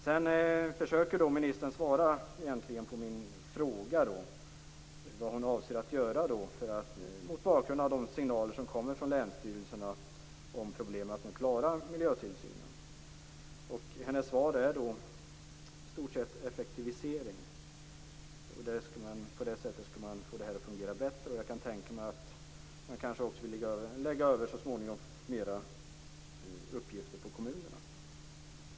Sedan försöker ministern svara på min fråga vad hon avser att göra mot bakgrund av de signaler som kommer från länsstyrelserna om problemen med att klara miljötillsynen. Hennes svar är i stort sett att man måste genomföra en effektivisering. På det sättet skulle tillsynen fungera bättre. Jag kan tänka mig att hon så småningom kanske vill lägga över flera uppgifter på kommunerna.